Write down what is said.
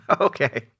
Okay